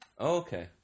Okay